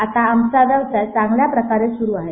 आता आमचा व्यवसाय चांगल्या प्रकारे सुरू आहे